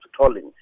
tolling